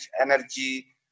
energy